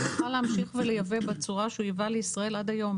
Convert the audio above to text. הוא יוכל להמשיך ולייבא בצורה שהוא ייבא לישראל עד היום.